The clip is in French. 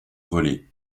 voler